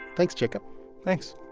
thanks, jacob thanks